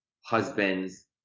husband's